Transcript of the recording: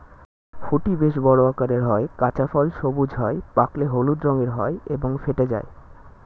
ফুটি বেশ বড় আকারের হয়, কাঁচা ফল সবুজ হয়, পাকলে হলুদ রঙের হয় এবং ফেটে যায়